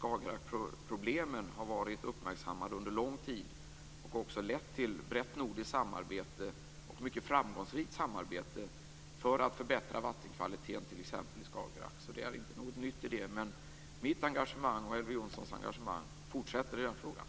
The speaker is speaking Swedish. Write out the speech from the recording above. Skagerrakproblemen har varit uppmärksammade under lång tid och också lett till ett brett nordiskt samarbete, och ett mycket framgångsrikt sådant, t.ex. för att förbättra vattenkvaliteten i Skagerrak. Det är inte någonting nytt i det. Mitt engagemang och Elver Jonssons engagemang fortsätter i den frågan.